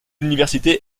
l’université